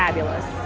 fabulous!